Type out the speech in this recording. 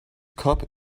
cup